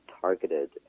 targeted